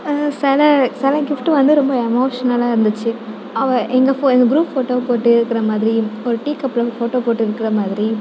சில சில கிஃப்ட்டு வந்து ரொம்ப எமோஷ்னலாக இருந்துச்சு அவள் எங்கள் ஃபோ எங்கள் குரூப் ஃபோட்டோ போட்டு இருக்கிற மாதிரி ஒரு டீ கப்பில் ஒரு ஃபோட்டோ போட்டு இருக்கிற மாதிரி